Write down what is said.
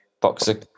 Boxer